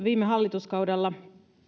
viime hallituskaudella